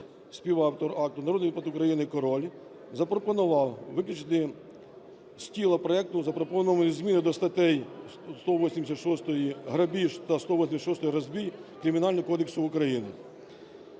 співавтор акту народний депутат України Король запропонував виключити з тіла проекту запропоновані зміни до статей 186 "Грабіж" та 187 "Розбій" Кримінального кодексу України.